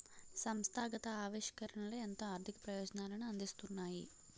సంస్థాగత ఆవిష్కరణలే ఎంతో ఆర్థిక ప్రయోజనాలను అందిస్తున్నాయి